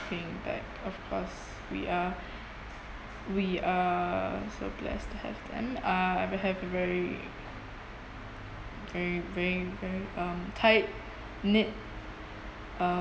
feeling like of course we are we are so blessed to have them uh I have a very very very very um tightknit uh